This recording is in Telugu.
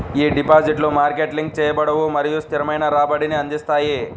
ఈ డిపాజిట్లు మార్కెట్ లింక్ చేయబడవు మరియు స్థిరమైన రాబడిని అందిస్తాయి